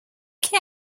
que